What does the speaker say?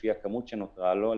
לפי כמות שנותרה לו,